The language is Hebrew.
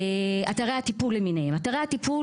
אתרי הטיפול למיניהם: אתרי הטיפול,